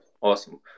Awesome